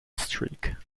streak